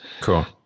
Cool